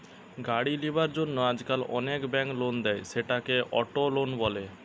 গাড়ি লিবার জন্য আজকাল অনেক বেঙ্ক লোন দেয়, সেটাকে অটো লোন বলে